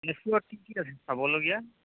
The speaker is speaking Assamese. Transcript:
তেজপুৰত কি কি আছে চাবলগীয়া